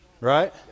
Right